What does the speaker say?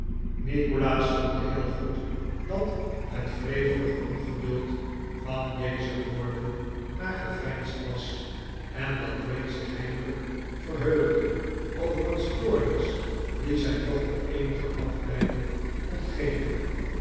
nikolaas voelde heel goed dat het wrevelig ongeduld van deze woorden maar geveinsd was en dat bray zich heimelijk verheugde over een stoornis die zijn dochter eenige afleiding kon geven